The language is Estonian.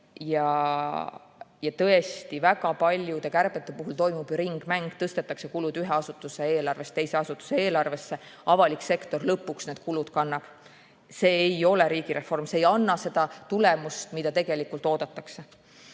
Tõesti, väga paljude kärbete puhul toimub ringmäng, tõstetakse kulud ühe asutuse eelarvest teise asutuse eelarvesse ja avalik sektor lõpuks need kulud kannab. See ei ole riigireform, see ei anna tulemust, mida tegelikult oodatakse.